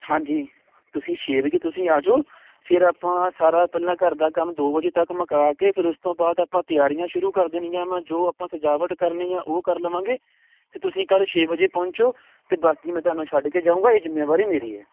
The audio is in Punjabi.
ਹਾਂਜੀ ਤੁਸੀਂ ਛੇ ਵਜੇ ਤੁਸੀਂ ਆ ਜੋ ਫਿਰ ਆਪਾਂ ਸਾਰਾ ਪਹਿਲਾਂ ਘਰ ਦਾ ਕੰਮ ਦੋ ਵਜੇ ਤੱਕ ਮੁਕਾ ਕੇ ਫਿਰ ਉਸ ਤੋਂ ਬਾਅਦ ਆਪਾਂ ਤਿਆਰੀਆਂ ਸ਼ੁਰੂ ਕਰ ਦੇਣੀਆਂ ਵਾ ਜੋ ਆਪਾਂ ਸਜਾਵਟ ਕਰਨੀ ਆ ਉਹ ਕਰ ਲਵਾਂਗੇ ਤੇ ਤੁਸੀਂ ਕੱਲ ਛਏ ਵਜੇ ਪਹੁੰਚੋ ਤੇ ਬਾਕੀ ਮੈਂ ਤੁਹਾਨੂੰ ਛੱਡ ਕੇ ਜਾਉਂਗਾ ਇਹ ਜਿੰਮੇਵਾਰੀ ਮੇਰੀ ਐ